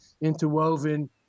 interwoven